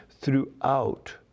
throughout